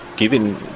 Given